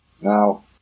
Now